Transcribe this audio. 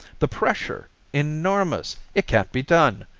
the pressure! enormous! it can't be done!